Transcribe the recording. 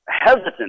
hesitant